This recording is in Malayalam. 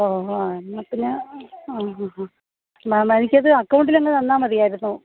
ഓ ഓ എന്നാ പിന്നെ അ ഹ ഹ മേം എനിക്കത് അക്കൗണ്ടിലങ്ങ് തന്നാൽ മതിയായിരുന്നു